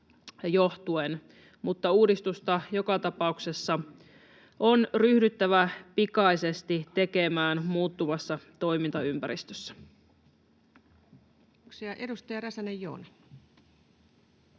uudistusta joka tapauksessa on ryhdyttävä pikaisesti tekemään muuttuvassa toimintaympäristössä. Kiitoksia. — Edustaja Räsänen, Joona.